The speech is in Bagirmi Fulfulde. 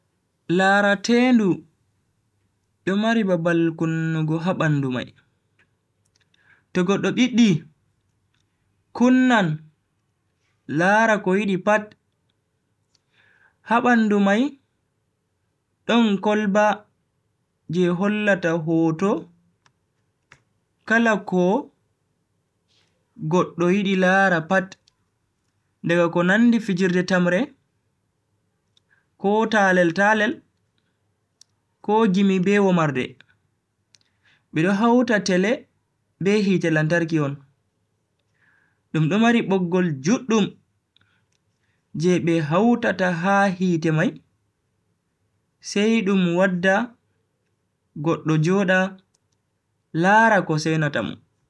Laratendu do mari babal kunnugo ha bandu mai, to goddo biddi kunnan lara ko yidi pat. ha bandu mai don kolba je hollata hoto kala ko goddo yidi lara pat daga ko nandi fijirde tamre, ko talel-talel ko gimi be womarde. bedo hauta tele be hite lantarki on, dum do mari boggol juddum je be hautata ha hite mai sai dum wadda goddo joda lara ko seinata mo.